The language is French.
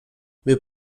mais